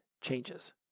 changes